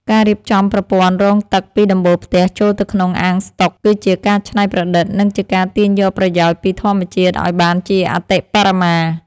ការរៀបចំប្រព័ន្ធរងទឹកពីដំបូលផ្ទះចូលទៅក្នុងអាងស្តុក គឺជាការច្នៃប្រឌិត និងជាការទាញយកប្រយោជន៍ពីធម្មជាតិឱ្យបានជាអតិបរមា។